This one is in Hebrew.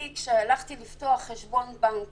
כשהלכתי לפתוח חשבון בנק